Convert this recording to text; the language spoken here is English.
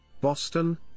boston